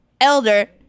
elder